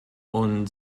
und